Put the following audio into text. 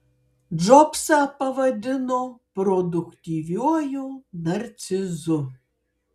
džobsą pavadino produktyviuoju narcizu